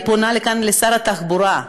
אני פונה מכאן לשר התחבורה,